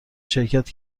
شرکت